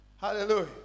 hallelujah